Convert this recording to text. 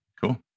Cool